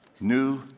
New